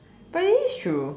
but it is true